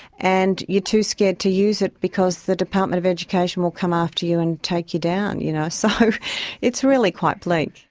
and you're too scared to use it because the department of education will come after you and take you down. you know so it's really quite bleak.